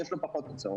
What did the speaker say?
יש לו פחות הוצאות,